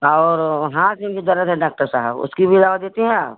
और हाथ में भी दर्द है डाक्टर साहब उसकी भी दवा देती हैं आप